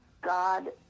God